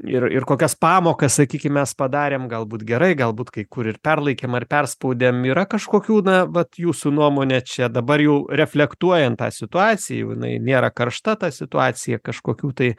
ir ir kokias pamokas sakykim mes padarėm gal būt gerai galbūt kai kur ir perlaikymėm ar perspaudėm yra kažkokių na vat jūsų nuomone čia dabar jau reflektuojant tą situaciją jau jinai nėra karšta ta situacija kažkokių tai